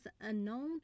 unknown